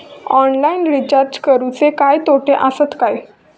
Online recharge करुचे काय तोटे आसत काय?